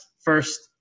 first